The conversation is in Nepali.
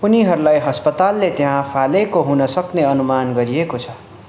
उनीहरूलाई अस्पतालले त्यहाँ फालेको हुनसक्ने अनुमान गरिएको छ